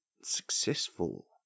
successful